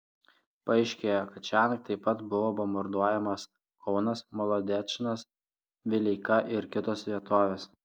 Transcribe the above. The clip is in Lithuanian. paaiškėjo kad šiąnakt taip pat buvo bombarduojamas kaunas molodečnas vileika ir kitos vietovės